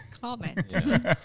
Comment